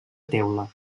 teula